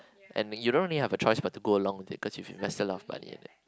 and you don't really have a choice but to go along with it because you invest a lot of money in it